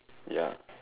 ya